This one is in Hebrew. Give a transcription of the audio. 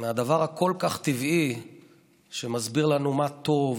מהדבר הכל-כך טבעי שמסביר לנו מה טוב,